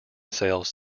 sales